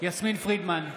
יסמין פרידמן,